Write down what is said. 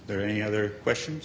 there any other questions